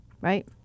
right